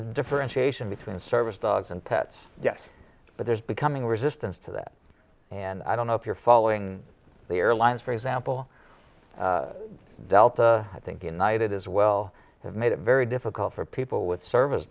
a differentiation between service dogs and cats yes but there's becoming resistance to that and i don't know if you're following the airlines for example delta i think united as well have made it very difficult for people with